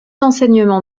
enseignements